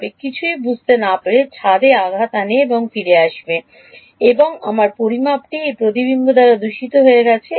তবে কিছুই বুঝতে না পেরে ছাদে আঘাত হানে এবং ফিরে আসবে এবং আমার পরিমাপটি এই প্রতিবিম্ব দ্বারা দূষিত হয়ে গেছে